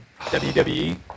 WWE